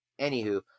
Anywho